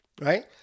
Right